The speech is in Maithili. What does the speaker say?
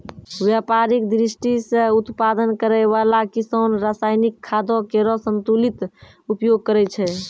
व्यापारिक दृष्टि सें उत्पादन करै वाला किसान रासायनिक खादो केरो संतुलित उपयोग करै छै